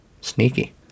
Sneaky